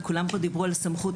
וכולם פה דיברו על הסמכות.